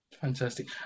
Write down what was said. Fantastic